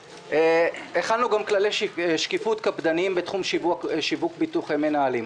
הכנו גם כללי שקיפות קפדניים בתחום שיווק ביטוחי מנהלים.